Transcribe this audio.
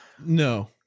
No